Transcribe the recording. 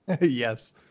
Yes